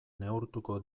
neurtuko